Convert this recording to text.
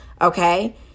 Okay